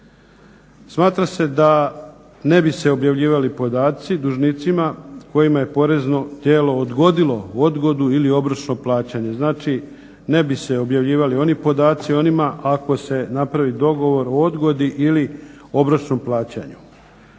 Smatra se da ne bi se objavljivali podaci dužnicima kojima je porezno tijelo odgodilo odgodu ili obročno plaćanje. Znači ne bi se objavljivali oni podaci o onima ako se napravi dogovor o odgodi ili obročno plaćanje.